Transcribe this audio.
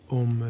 om